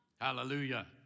Hallelujah